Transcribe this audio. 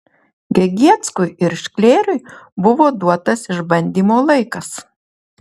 gegieckui ir šklėriui buvo duotas išbandymo laikas